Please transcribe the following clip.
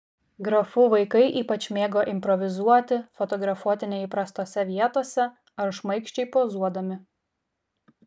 grafų vaikai ypač mėgo improvizuoti fotografuoti neįprastose vietose ar šmaikščiai pozuodami